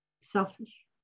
Selfish